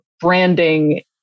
branding